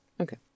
okay